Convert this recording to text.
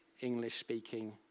English-speaking